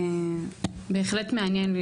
בהחלט מעניין,